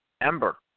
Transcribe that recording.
Ember